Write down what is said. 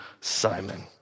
Simon